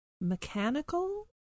mechanical